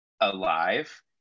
alive